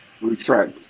retract